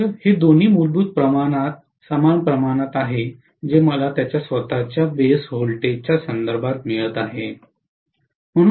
तर हे दोन्ही मूलभूत प्रमाणात समान प्रमाणात आहेत जे मला त्याच्या स्वतःच्या बेस व्होल्टेजच्या संदर्भात मिळत आहे